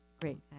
great